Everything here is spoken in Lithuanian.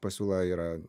pasiūla yra